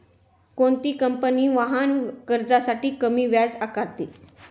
कोणती कंपनी वाहन कर्जासाठी कमी व्याज आकारते?